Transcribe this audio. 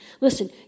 Listen